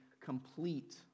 complete